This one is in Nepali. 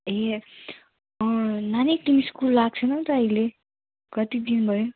ए नानी तिमी स्कुल आएको छैनौँ त अहिले कति दिन भयो